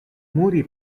muri